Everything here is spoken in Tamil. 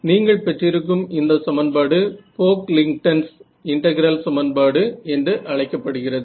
நீங்கள் பெற்றிருக்கும் இந்த சமன்பாடு போக்லிங்க்டன்ஸ் இன்டெகிரல் சமன்பாடு Pocklington's integral equation என்று அழைக்கப்படுகிறது